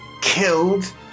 killed